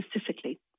specifically